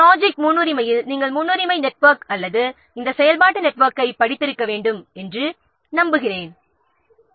project முன்னுரிமையில் நாம் முன்னுரிமை நெட்வொர்க் அல்லது இந்த செயல்பாட்டு நெட்வொர்க்கைப் படித்திருக்க வேண்டும் என்று நம்புகிறோம்